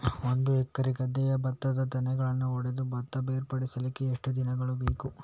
ಒಂದು ಎಕರೆ ಗದ್ದೆಯ ಭತ್ತದ ತೆನೆಗಳನ್ನು ಹೊಡೆದು ಭತ್ತ ಬೇರ್ಪಡಿಸಲಿಕ್ಕೆ ಎಷ್ಟು ದಿನಗಳು ಬೇಕು?